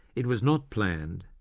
it was not planned,